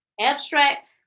Abstract